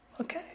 Okay